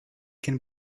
can